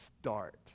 start